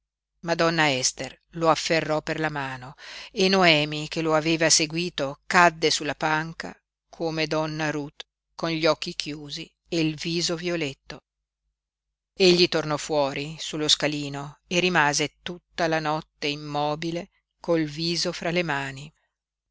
donna ester lo afferrò per la mano e noemi che lo aveva seguito cadde sulla panca come donna ruth con gli occhi chiusi e il viso violetto egli tornò fuori sullo scalino e rimase tutta la notte immobile col viso fra le mani